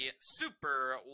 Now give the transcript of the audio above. super